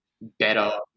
better